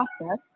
process